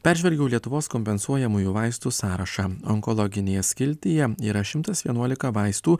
peržvelgiau lietuvos kompensuojamųjų vaistų sąrašą onkologinėje skiltyje yra šimtas vienuolika vaistų